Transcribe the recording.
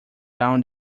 down